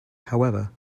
however